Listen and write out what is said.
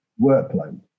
workload